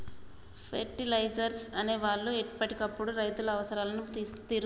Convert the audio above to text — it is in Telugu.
ఫెర్టిలైజర్స్ అనే వాళ్ళు ఎప్పటికప్పుడు రైతుల అవసరాలను తీరుస్తారు